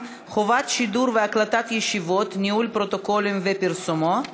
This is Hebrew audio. חובת שידור ישיבות והקלטתן וניהול פרוטוקול ופרסומו),